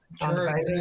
Sure